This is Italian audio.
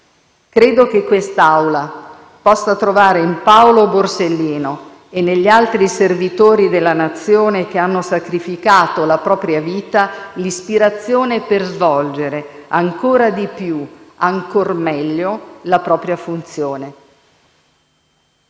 Credo che quest'Assemblea possa trovare in Paolo Borsellino e negli altri servitori della Nazione che hanno sacrificato la propria vita l'ispirazione per svolgere ancora di più e ancora meglio la propria funzione.